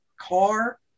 car